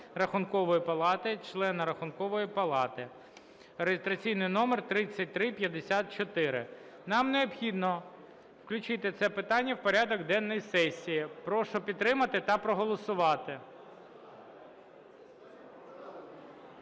Рахункової палати, члена Рахункової палати (реєстраційний номер 3354). Нам необхідно включити це питання в порядок денний сесії. Прошу підтримати та проголосувати.